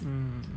mm